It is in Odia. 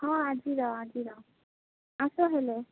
ହଁ ଆଜିର ଆଜିର ଆସ ହେଲେ